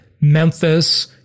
Memphis